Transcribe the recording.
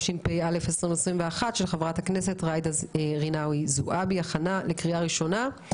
של חברת הכנסת ג'ידא רינאוי-זועבי הכנה לקריאה ראשונה.